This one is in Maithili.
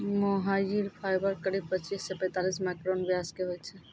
मोहायिर फाइबर करीब पच्चीस सॅ पैतालिस माइक्रोन व्यास के होय छै